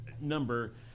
number